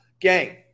Gang